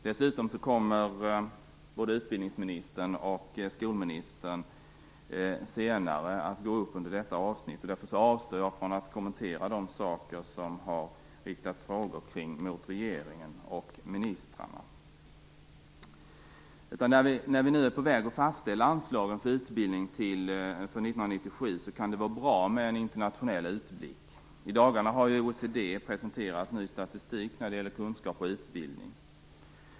Dessutom kommer både utbildningsministern och skolministern att gå upp i debatten senare under detta avsnitt. Därför avstår jag från att kommentera de saker som det har riktats frågor om till regeringen och ministrarna. När vi nu är på väg att fastställa anslagen till utbildning för 1997 kan det vara bra med en internationell utblick. I dagarna har ju OECD presenterat ny statistik när det gäller kunskap och utbildning.